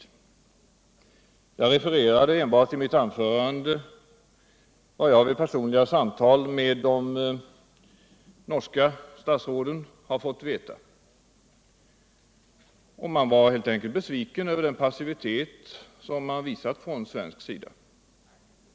I mitt anförande refererade jag bara vad jag vid personliga samtal med de norska statsråden fått veta. Man var helt enkelt besviken över den passivitet som visats från svensk sida.